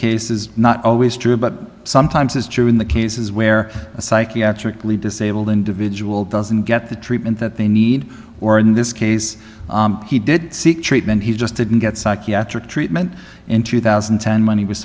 case is not always true but sometimes is true in the cases where a psychiatrically disabled individual doesn't get the treatment that they need or in this case he didn't seek treatment he just didn't get psychiatric treatment in two thousand and ten when he was